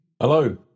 Hello